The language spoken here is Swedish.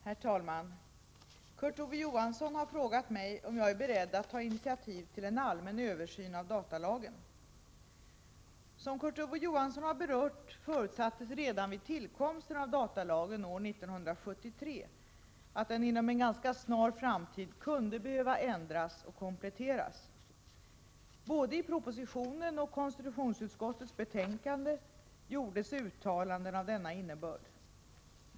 Herr talman! Kurt Ove Johansson har frågat mig om jag är beredd att ta initiativ till en allmän översyn av datalagen. Som Kurt Ove Johansson har berört förutsattes redan vid tillkomsten av datalagen år 1973 att den inom en ganska snar framtid kunde behöva ändras och kompletteras. Både i propositionen och konstitutionsutskottets betänkande gjordes uttalanden av denna innebörd.